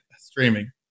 streaming